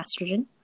estrogen